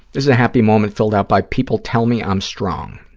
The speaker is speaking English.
this is a happy moment filled out by people tell me i'm strong,